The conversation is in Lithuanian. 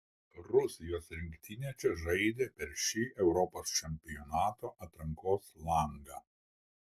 rusijos rinktinė čia žaidė per šį europos čempionato atrankos langą